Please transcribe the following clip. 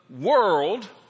world